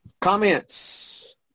Comments